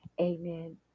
Amen